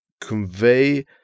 convey